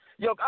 Yo